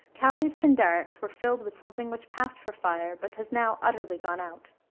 cowley's pindarics were filled with something which passed for fire, but has now utterly gone out.